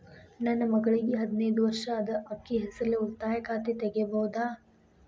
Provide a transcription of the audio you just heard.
ನನ್ನ ಮಗಳಿಗೆ ಹದಿನೈದು ವರ್ಷ ಅದ ಅಕ್ಕಿ ಹೆಸರಲ್ಲೇ ಉಳಿತಾಯ ಖಾತೆ ತೆಗೆಯಬಹುದಾ?